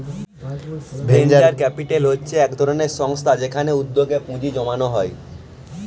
venture capital হচ্ছে এক ধরনের সংস্থা যেখানে উদ্যোগে পুঁজি জমানো হয়